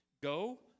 go